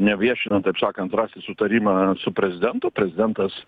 neviešinant taip sakant rasti sutarimą su prezidentu prezidentas